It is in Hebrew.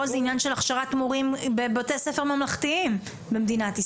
פה זה עניין של הכשרת מורים בבתי ספר ממלכתיים בישראל.